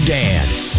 dance